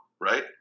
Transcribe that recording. Right